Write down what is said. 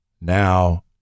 Now